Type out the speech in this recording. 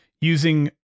using